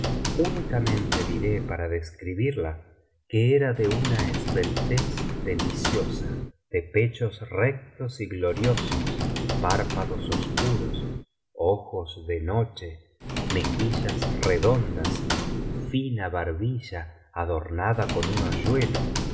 únicamente diré para describirla que era de una esbeltez deliciosa de pechos rectos y gloriosos párpados oscuros ojos de noche mejillas redondas fina barbilla adornada con un